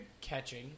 catching